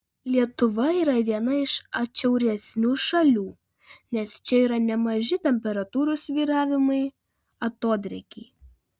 lietuva yra viena iš atšiauresnių šalių nes čia yra nemaži temperatūrų svyravimai atodrėkiai